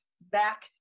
back